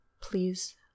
Please